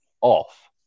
off